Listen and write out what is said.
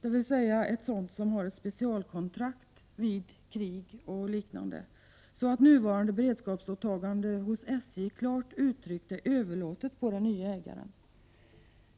dvs. ett företag med ett speciellt kontrakt vid krig och liknande, där SJ:s nuvarande beredskapsåtaganden klart överlåts till de nya ägarna.